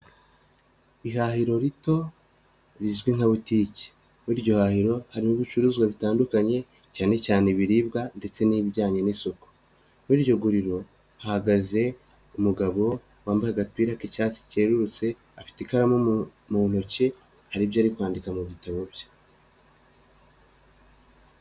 Ihahiro rito rizwi nka butike, muri iryo hahiro harimo ibicuruzwa bitandukanye cyane cyane ibiribwa ndetse n'ibijyanye n'isuku, muri iryo guriro hahagaze umugabo wambaye agapira k'icyatsi cyerururtse, afite ikaramu mu ntoki, hari ibyo ari kwandika mu bitabo bye.